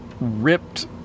ripped